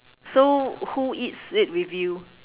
so who eats it with you